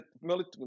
military